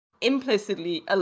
implicitly